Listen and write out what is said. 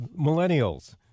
millennials